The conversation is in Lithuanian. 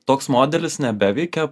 toks modelis nebeveikia